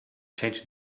changing